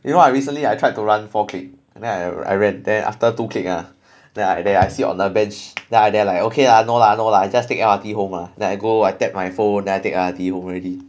you know I recently I tried to run four click and then I I ran then after two clicks ah then I sit on the bench then I there like okay lah no lah no lah just take M_R_T home lah then I go I tapped my phone I take M_R_T home already